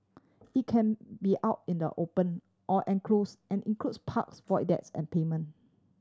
it can be out in the open or enclose and includes parks void decks and pavement